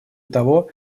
того